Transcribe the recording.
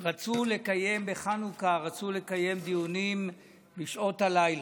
רצו לקיים בחנוכה דיונים בשעות הלילה.